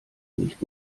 nicht